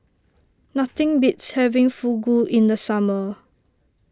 nothing beats having Fugu in the summer